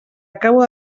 acabo